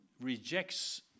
rejects